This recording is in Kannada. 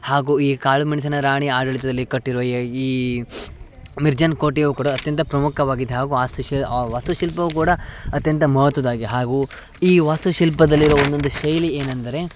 ಹಾಗೂ ಈ ಕಾಳುಮೆಣಸಿನ ರಾಣಿ ಆಡಳಿತದಲ್ಲಿ ಕಟ್ಟಿರುವ ಈ ಮಿರ್ಜಾನ್ ಕೋಟೆಯು ಕೂಡ ಅತ್ಯಂತ ಪ್ರಮುಖವಾಗಿದೆ ಹಾಗೂ ಆ ಆ ವಾಸ್ತುಶಿಲ್ಪವು ಕೂಡ ಅತ್ಯಂತ ಮಹತ್ತ್ವದಾಗಿ ಹಾಗೂ ಈ ವಾಸ್ತುಶಿಲ್ಪದಲ್ಲಿರುವ ಒಂದೊಂದು ಶೈಲಿ ಏನಂದರೆ